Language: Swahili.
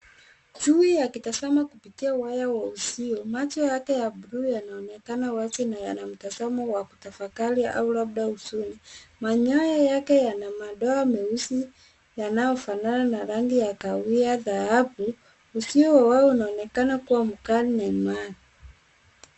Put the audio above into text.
Chui akitazama kupitia waya wa uzio. Macho yake ya bluu yanaonekana wazi na yana mtazamo wa kutafakari au labda huzuni. Manyoya yake yana madoa meusi yanayofana na rangi ya kahawia dhahabu. Uzio wa waya unaonekana kuwa mkali na imara.